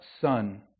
Son